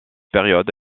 période